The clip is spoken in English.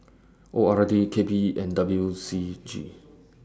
O R D K P E and W C G